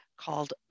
called